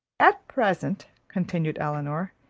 at present, continued elinor,